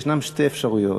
יש שתי אפשרויות.